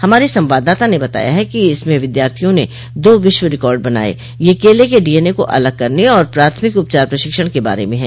हमारे संवाददाता ने बताया है कि इसमें विद्यार्थियों ने दो विश्व रिकॉर्ड बनाये ये केले के डीएनए को अलग करने और प्राथमिक उपचार प्रशिक्षण के बारे में हैं